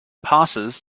passes